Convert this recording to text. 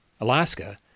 Alaska